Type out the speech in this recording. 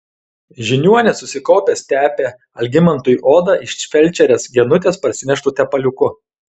žiniuonis susikaupęs tepė algimantui odą iš felčerės genutės parsineštu tepaliuku